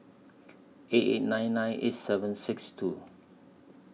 eight eight nine nine eight seven six two